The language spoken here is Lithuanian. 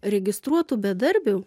registruotų bedarbių